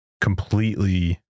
completely